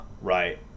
right